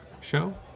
show